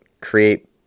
create